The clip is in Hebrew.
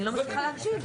אני לא מצליחה להקשיב.